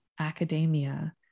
academia